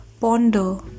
ponder